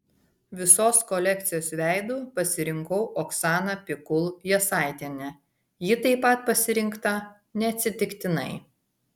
visos kolekcijos veidu pasirinkau oksaną pikul jasaitienę ji taip pat pasirinkta neatsitiktinai